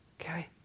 okay